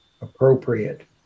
appropriate